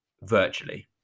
virtually